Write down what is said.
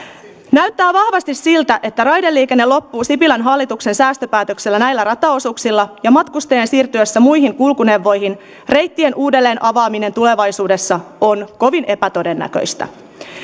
näyttää vahvasti siltä että raideliikenne loppuu sipilän hallituksen säästöpäätöksellä näillä rataosuuksilla ja matkustajien siirtyessä muihin kulkuneuvoihin reittien uudelleenavaaminen tulevaisuudessa on kovin epätodennäköistä